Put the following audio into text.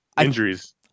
injuries